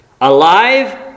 alive